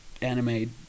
anime